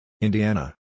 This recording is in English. Indiana